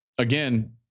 Again